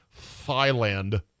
Thailand